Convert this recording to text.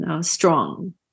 strong